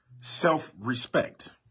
Self-respect